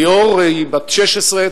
ליאור היא בת 16,